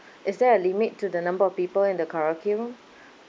is there a limit to the number of people in the karaoke room